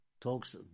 Talks